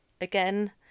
again